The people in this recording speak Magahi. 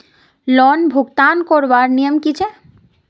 लोन भुगतान करवार नियम की छे?